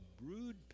brood